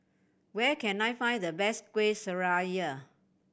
where can I find the best Kueh Syara